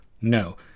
no